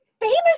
famous